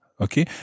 Okay